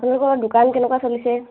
আপোনালোকৰ দোকান কেনেকুৱা চলিছে